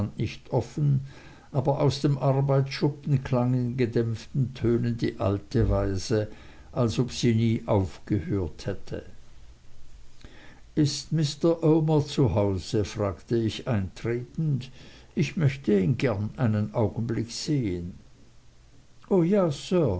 nicht offen aber aus dem arbeitsschuppen klang in gedämpften tönen die alte weise als ob sie nie aufgehört hätte ist mr omer zu hause fragte ich eintretend ich möchte ihn gern einen augenblick sehen o ja sir